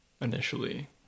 initially